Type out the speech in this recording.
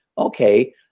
Okay